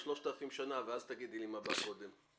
3,000 שנים ואז תגידי לי מה בא קודם.